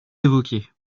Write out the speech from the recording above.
évoquez